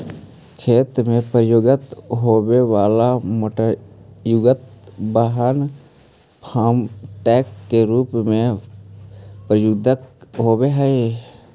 खेत में प्रयुक्त होवे वाला मोटरयुक्त वाहन फार्म ट्रक के रूप में प्रयुक्त होवऽ हई